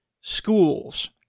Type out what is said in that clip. schools